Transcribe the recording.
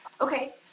Okay